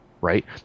right